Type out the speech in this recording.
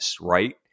right